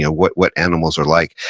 ah what what animals were like,